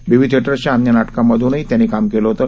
बीव्ही थिएटर्सच्या अन्य नाटकांमधूनही त्यांनी काम केलं होतं